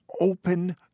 open